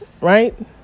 right